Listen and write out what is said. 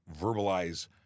verbalize